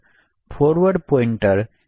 આ forward pointer છે તે જોવા માટે આપણે જી